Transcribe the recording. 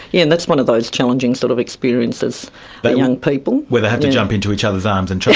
yeah and that's one of those challenging sort of experiences for but young people. where they have to jump into each other's arms and trust